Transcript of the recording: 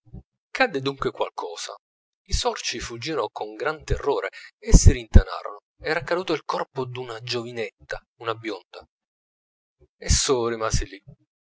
cadde dunque qualcosa i sorci fuggirono con gran terrore e si rintanarono era caduto il corpo d'una giovinetta una bionda esso rimase lì